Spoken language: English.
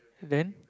then